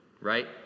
right